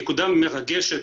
נקודה מרגשת.